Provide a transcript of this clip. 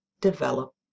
develop